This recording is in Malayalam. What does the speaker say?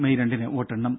മെയ് രണ്ടിന് വോട്ടെണ്ണും